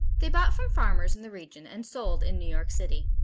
they bought from farmers in the region and sold in new york city.